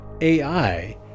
AI